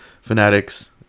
fanatics